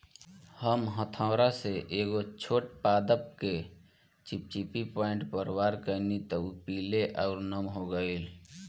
हम हथौड़ा से एगो छोट पादप के चिपचिपी पॉइंट पर वार कैनी त उ पीले आउर नम हो गईल